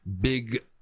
big